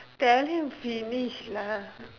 tell him finish lah